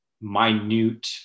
minute